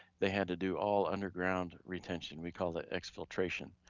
they had to do all underground retention, we call that exfiltration.